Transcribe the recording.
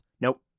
Nope